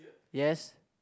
yes